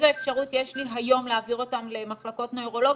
להעביר אותם למחלקות נוירולוגיות?